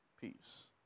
peace